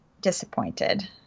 disappointed